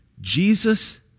Jesus